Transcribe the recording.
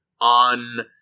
on